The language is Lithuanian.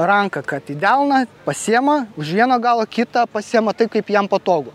ranką kad į delną pasiema už vieno galo kitą pasiema taip kaip jam patogu